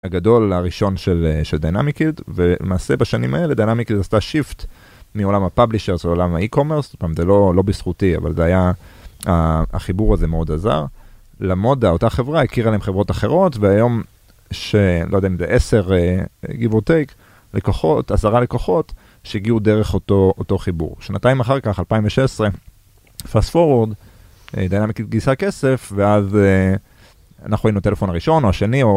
הגדול הראשון של דיינאמיקיד ולמעשה בשנים האלה דיינאמיקיד עשתה שיפט מעולם הפאבלישרס לעולם האי קומרס, זה לא בזכותי אבל זה היה החיבור הזה מאוד עזר. למודה אותה חברה הכירה להם חברות אחרות והיום שאני לא יודע אם זה עשר גיב-אור-טייק, עשרה לקוחות שהגיעו דרך אותו חיבור. שנתיים אחר כך 2016 פס פורורד דיינאמיקיד גייסה כסף ואז אנחנו היינו טלפון הראשון או השני,